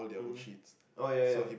mm oh yeah yeah